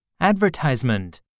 Advertisement